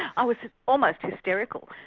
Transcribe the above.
i was almost hysterical.